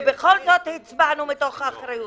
ובכל זאת הצבענו מתוך אחריות.